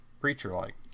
preacher-like